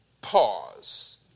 pause